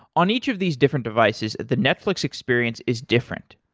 on each of these different devices, the netflix experience is different.